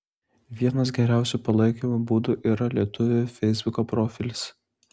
vienas geriausių palaikymo būdų yra lietuvio feisbuko profilis